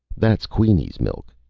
that's queenie's milk,